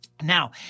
Now